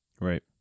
right